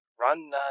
run